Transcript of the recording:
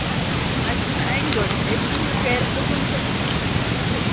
اَتہِ چھِناہ اَنہِ گٔٹۍ ییٚتہِ چھُناہ گرِ کٕنٛہٕے تہٕ یِم چھِ